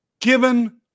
given